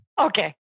Okay